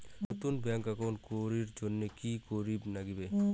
নতুন bank account করির জন্যে কি করিব নাগিবে?